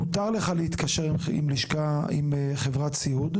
מותר לך להתקשר עם חברת סיעוד,